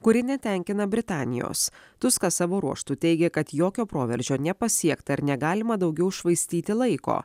kuri netenkina britanijos tuskas savo ruožtu teigia kad jokio proveržio nepasiekta ir negalima daugiau švaistyti laiko